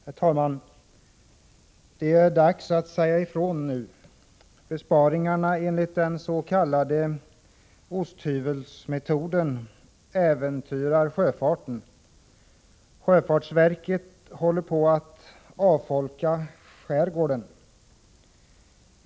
Herr talman! Det är dags att säga ifrån nu. Besparingarna enligt den s.k. osthyvelsmetoden äventyrar sjöfarten. Sjöfartsverket håller på att avfolka skärgården.